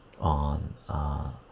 on